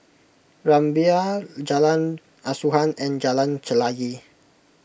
Rumbia Jalan Asuhan and Jalan Chelagi